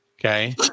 Okay